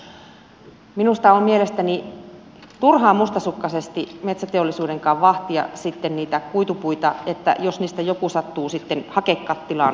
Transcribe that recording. mielestäni on turhaa mustasukkaisesti metsäteollisuudenkaan vahtia sitten niitä kuitupuita että jos niistä joku sattuu sitten hakekattilaan vilahtamaan